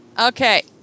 Okay